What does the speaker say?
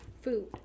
food